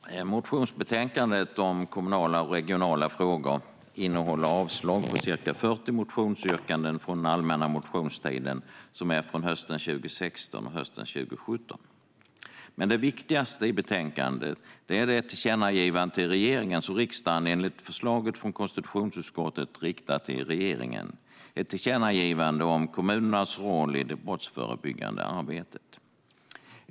Fru talman! I motionsbetänkandet om kommunala och regionala frågor avstyrker utskottet ca 40 motionsyrkanden från allmänna motionstiden hösten 2016 och hösten 2017. Men det viktigaste i betänkandet är tillkännagivandet som riksdagen enligt förslaget från konstitutionsutskottet riktar till regeringen. Det är ett tillkännagivande om kommunernas roll i det brottsförebyggande arbetet.